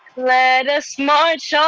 let us march um